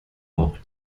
auch